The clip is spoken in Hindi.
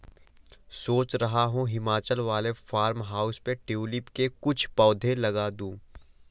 सोच रहा हूं हिमाचल वाले फार्म हाउस पे ट्यूलिप के कुछ पौधे लगा दूं